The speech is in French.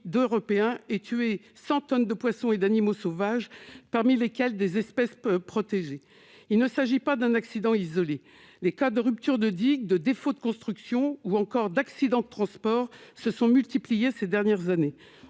d'Européens et a tué 100 tonnes de poissons et d'animaux sauvages, dont des espèces protégées. Il ne s'agit pas d'un accident isolé ; les cas de rupture de digues, de défauts de construction ou encore d'accidents de transport se sont multipliés ces dernières années.